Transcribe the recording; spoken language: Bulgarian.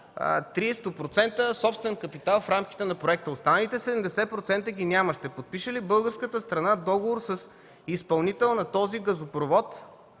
собствен капитал в рамките на проекта. Останалите 70% ги няма. Ще подпише ли българската страна договор с изпълнителя на този газопровод